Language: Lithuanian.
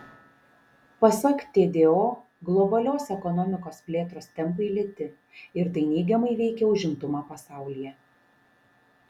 pasak tdo globalios ekonomikos plėtros tempai lėti ir tai neigiamai veikia užimtumą pasaulyje